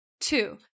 Two